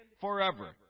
forever